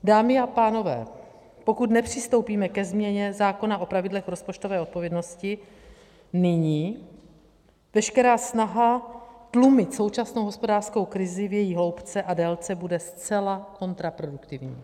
Dámy a pánové, pokud nepřistoupíme ke změně zákona o pravidlech rozpočtové odpovědnosti nyní, veškerá snaha tlumit současnou hospodářskou krizi v její hloubce a délce bude zcela kontraproduktivní.